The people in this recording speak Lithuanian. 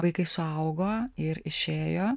vaikai suaugo ir išėjo